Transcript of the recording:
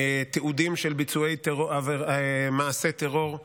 תיעודים של ביצועי מעשי טרור,